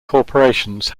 corporations